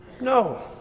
no